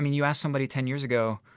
you ask somebody ten years ago,